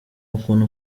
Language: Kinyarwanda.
uku